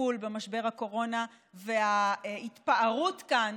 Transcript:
הטיפול במשבר הקורונה, וההתפארות כאן